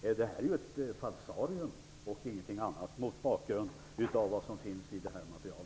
Detta är ett falsarium och ingenting annan mot bakgrund av innehållet i utskottets material.